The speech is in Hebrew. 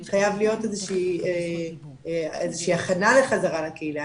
חייבת להיות איזה שהיא הכנה לחזרה לקהילה,